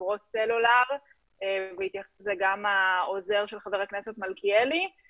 חברות סלולר וגם עוזר חבר הכנסת מלכיאלי התייחס לכך.